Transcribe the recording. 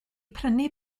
prynu